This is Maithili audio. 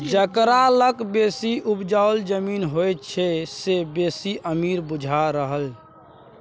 जकरा लग बेसी उपजाउ जमीन होइ छै से बेसी अमीर बुझा रहल